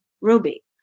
Ruby